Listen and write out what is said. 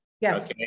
Yes